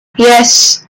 yes